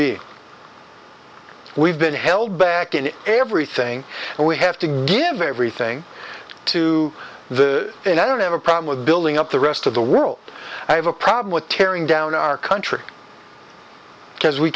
be we've been held back in everything and we have to give everything to the and i don't have a problem with building up the rest of the world i have a problem with tearing down our country because we